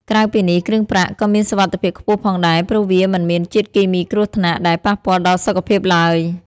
ក្រៅពីនេះ គ្រឿងប្រាក់ក៏មានសុវត្ថិភាពខ្ពស់ផងដែរ ព្រោះវា មិនមានជាតិគីមីគ្រោះថ្នាក់ ដែលប៉ះពាល់ដល់សុខភាពឡើយ។